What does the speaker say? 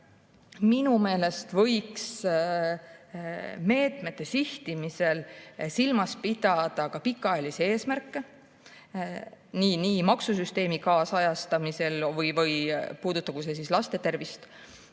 Minu meelest võiks meetmete sihtimisel silmas pidada pikaajalisi eesmärke nii maksusüsteemi kaasajastamisel kui ka näiteks laste tervise